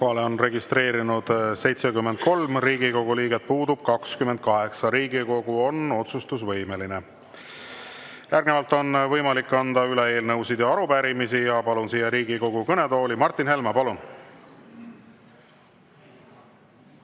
on registreerunud 73 Riigikogu liiget, puudub 28. Riigikogu on otsustusvõimeline. Järgnevalt on võimalik anda üle eelnõusid ja arupärimisi. Palun Riigikogu kõnetooli Martin Helme. Palun!